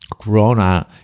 Corona